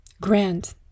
Grant